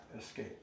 escape